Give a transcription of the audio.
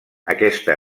aquesta